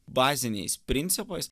baziniais principais